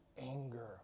anger